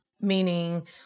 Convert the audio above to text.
Meaning